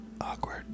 Awkward